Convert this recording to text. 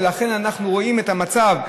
ולכן אנחנו רואים את המצב,